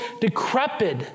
decrepit